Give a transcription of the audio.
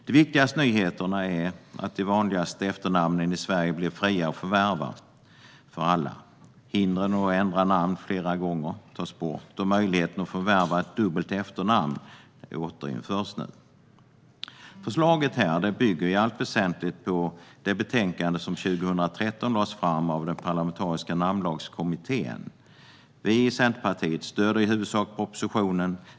De viktigaste nyheterna är att de vanligaste efternamnen blir fria för alla att förvärva, att hindret för att ändra namn flera gånger tas bort och att möjligheten att förvärva ett dubbelt efternamn återinförs. Förslaget bygger i allt väsentligt på det betänkande som 2013 lades fram av den parlamentariska Namnlagskommittén. Vi i Centerpartiet stöder i huvudsak propositionen.